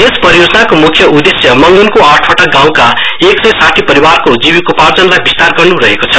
यस परियोजनाको मुख्य उद्देश्य मंगनको आठवटा गाउँका एक सय साठी परिवारको जीविकोपार्जनलाई विस्तार गर्नु रहेको छ